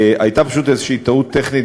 הייתה פשוט איזושהי טעות טכנית,